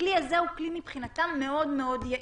הכלי הזה הוא כלי מבחינתם מאוד מאוד יעיל.